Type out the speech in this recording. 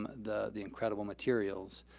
the the incredible materials,